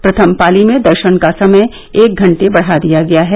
प्रथम पाली में दर्शन का समय एक घंटे बढ़ा दिया गया है